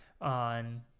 on